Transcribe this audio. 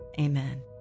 Amen